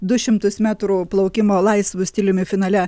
du šimtus metrų plaukimo laisvu stiliumi finale